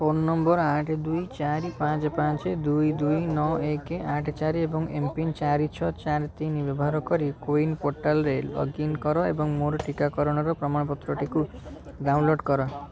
phone number ଆଠ ଦୁଇ ଚାରି ପାଞ୍ଚ ପାଞ୍ଚ ଦୁଇ ଦୁଇ ନଅ ଏକେ ଆଠ ଚାରି ଏବଂ ଏମ୍ ପିନ୍ ଚାରି ଛଅ ଚାରି ତିନି ବ୍ୟବହାର କରି କୋୱିନ୍ ପୋର୍ଟାଲ୍ରେ ଲଗ୍ଇନ୍ କର ଏବଂ ମୋର ଟିକାକରଣର ପ୍ରମାଣପତ୍ରଟିକୁ ଡାଉନଲୋଡ଼୍ କର